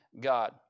God